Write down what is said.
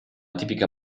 tipica